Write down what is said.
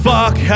Fuck